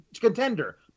contender